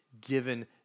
given